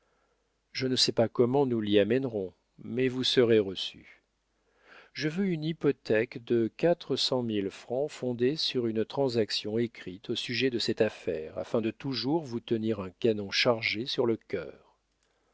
je ne sais pas comment nous l'y amènerons mais vous serez reçu je veux une hypothèque de quatre cent mille francs fondée sur une transaction écrite au sujet de cette affaire afin de toujours vous tenir un canon chargé sur le cœur